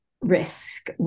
risk